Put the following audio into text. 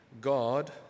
God